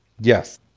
Yes